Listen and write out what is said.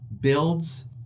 builds